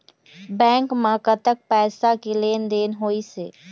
Bank म कतक पैसा के लेन देन होइस हे?